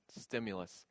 stimulus